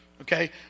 Okay